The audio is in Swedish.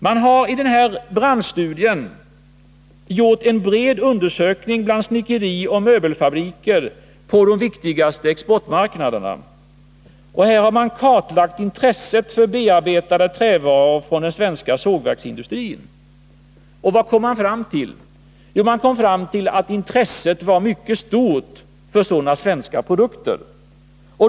Man har i denna branschstudie gjort en bred undersökning bland snickerioch möbelfabriker på de viktigaste exportmarknaderna och kartlagt intresset för bearbetade trävaror från den svenska sågverksindustrin. Vad kom man fram till? Jo, man kom fram till att intresset var mycket stort för sådana svenska produkter.